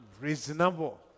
Reasonable